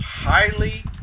highly